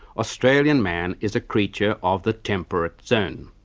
australian man is a creature of the temperate zone.